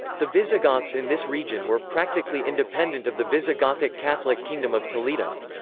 the visigoths in this region were practically independent of the visigothic catholic kingdom of toledo.